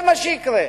זה מה שיקרה.